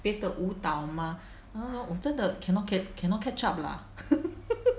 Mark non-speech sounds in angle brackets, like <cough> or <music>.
别的舞蹈 lah orh 我真的 cannot get cannot catch up lah <laughs>